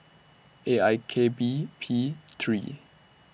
A I K B P three